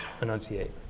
enunciate